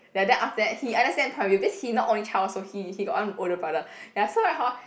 ya then after that he understand part of it cause he not only child also he he got one older brother ya so right hor